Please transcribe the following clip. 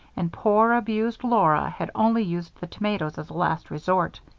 and poor, abused laura had only used the tomatoes as a last resort.